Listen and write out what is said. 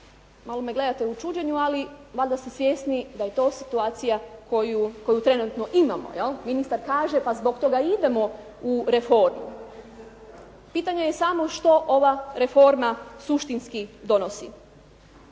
Malo me gledate u čuđenju, ali valjda ste svjesni da je to situacija koju trenutno imamo, jel. Ministar kaže pa zbog toga idemo u reformu. Pitanje je samo što ova reforma suštinski donosi.